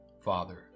Father